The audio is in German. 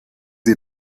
sie